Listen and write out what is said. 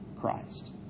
Christ